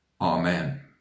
Amen